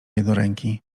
jednoręki